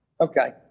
Okay